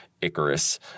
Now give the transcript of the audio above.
Icarus